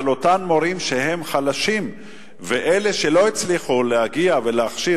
אבל אותם מורים שהם חלשים ואלה שלא הצליחו להגיע ולהכשיר,